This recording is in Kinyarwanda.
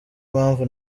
mpamvu